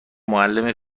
معلم